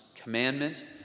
commandment